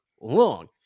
long